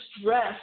stress